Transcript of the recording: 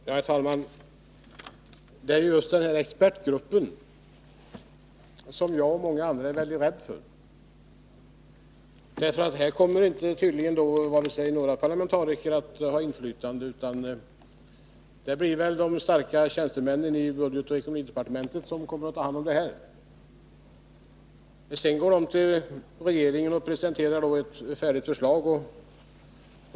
Herr talman! Det är just den här expertgruppen som jag liksom många andra är väldigt rädd för. Tydligen kommer inte några parlamentariker att ha inflytande, utan det blir de starka tjänstemännen i budgetoch ekonomidepartementet som kommer att ta hand om det här, och sedan går de till regeringen och presenterar ett färdigt förslag.